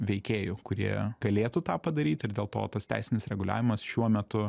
veikėjų kurie galėtų tą padaryt ir dėl to tas teisinis reguliavimas šiuo metu